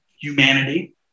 humanity